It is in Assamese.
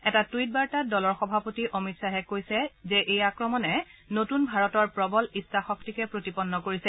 এটা টুইট বাৰ্তাত দলৰ সভাপতি অমিত খাহে কৈছে যে এই আক্ৰমণে নতুন ভাৰতৰ প্ৰৱল ইচ্ছা শক্তিকে প্ৰতিপন্ন কৰিছে